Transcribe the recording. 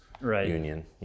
Union